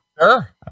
Sure